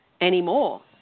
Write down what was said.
anymore